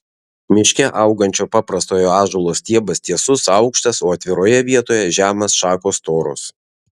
miške augančio paprastojo ąžuolo stiebas tiesus aukštas o atviroje vietoje žemas šakos storos